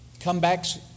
comebacks